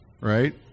Right